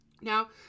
now